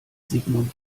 sigmund